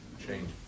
Change